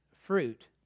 fruit